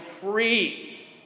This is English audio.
free